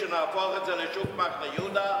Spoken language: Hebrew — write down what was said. שנהפוך את זה לשוק מחנה-יהודה,